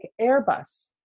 airbus